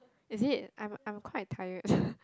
is it I'm I'm quite tired